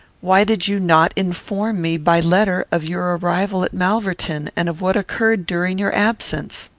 why did you not inform me by letter of your arrival at malverton, and of what occurred during your absence?